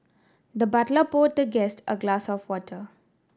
the butler poured the guest a glass of water